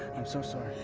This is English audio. i'm so sorry,